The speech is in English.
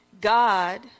God